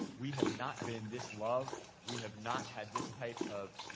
we have not been this loved. we have not had this type of,